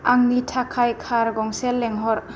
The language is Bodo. आंनि थाखाय कार गंसे लेंहर